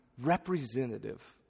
representative